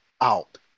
out